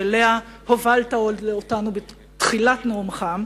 שאליה הובלת אותנו בתחילת נאומך,